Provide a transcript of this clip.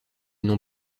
n’ont